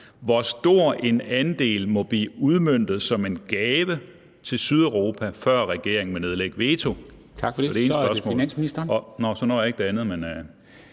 Hvor stor en andel må blive udmøntet som en gave til Sydeuropa, før regeringen vil nedlægge veto?